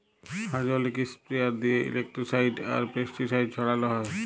hydraulic sprayer দিঁয়ে insecticide আর pesticide ছড়াল হ্যয়